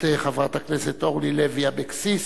חברת הכנסת אורלי לוי אבקסיס,